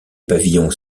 pavillons